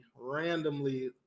randomly